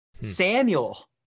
Samuel